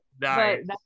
Nice